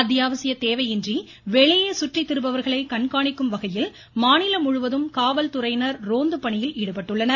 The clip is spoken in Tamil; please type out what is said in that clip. அத்தியாவசிய தேவையின்றி வெளியே சுற்றி திரிபவர்களை கண்காணிக்கும் வகையில் மாநிலம் முழுவதும் காவல் துறையினர் ரோந்து பணியில் ஈடுபட்டுள்ளனர்